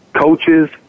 coaches